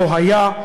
לא היה,